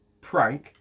prank